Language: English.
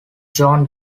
joan